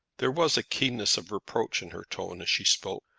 there was a keenness of reproach in her tone as she spoke,